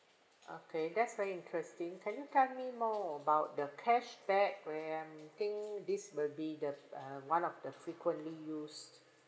okay that's very interesting can you tell me more about the cashback where I'm think this will be the uh one of the frequently used